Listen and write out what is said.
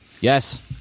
yes